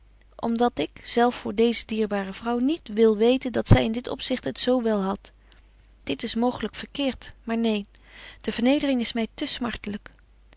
dat ik zelf voor deeze dierbare vrouw niet wil weten dat zy in dit opzicht het zo wel hadt dit is mooglyk verkeert maar neen die vernedering is my te